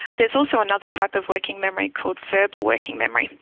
there's also another type of working memory called verbal working memory,